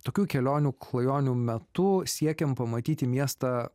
tokių kelionių klajonių metu siekėm pamatyti miestą